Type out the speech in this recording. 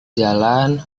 jalan